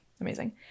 Amazing